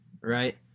right